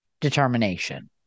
determination